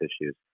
issues